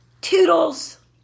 Toodles